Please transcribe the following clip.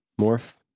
morph